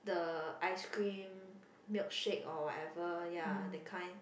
the ice cream milkshake or whatever ya the kind